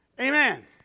amen